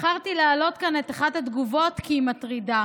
בחרתי להעלות כאן את אחת התגובות, כי היא מטרידה: